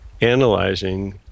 analyzing